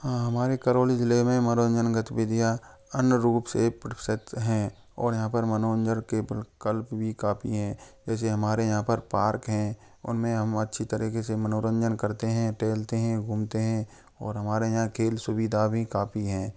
हाँ हमारे करौली जिले में मनोरंजन गतिविधियाँ अनुरूप से प्रसिद्ध हैं और यहाँ पर मनोरंजन के प्रकल्प भी काफ़ी हैं जैसे हमारे यहाँ पर पार्क हैं उनमें हम अच्छी तरीके से मनोरंजन करते हैं टहलते हैं घूमते हैं और हमारे यहाँ खेल सुविधा भी काफ़ी हैं